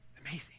Amazing